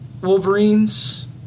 Wolverines